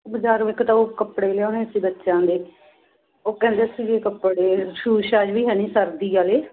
ਬਜ਼ਾਰੋਂ ਇਕ ਤਾਂ ਉਹ ਕੱਪੜੇ ਲਿਆਉਣੇ ਸੀ ਬੱਚਿਆਂ ਦੇ ਉਹ ਕਹਿੰਦੇ ਸੀਗੇ ਕੱਪੜੇ ਸ਼ੂਜ ਸ਼ਾਜ ਵੀ ਹੈ ਨਹੀਂ ਸਰਦੀ ਵਾਲੇ